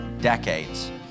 decades